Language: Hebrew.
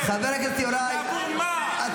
אתה